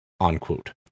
unquote